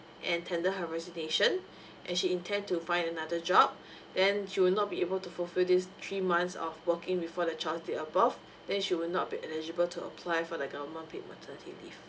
and tender her resignation and she intend to find another job then she will not be able to fulfil this three months of working before the child's date of birth then she will not be eligible to apply for the government paid maternity leave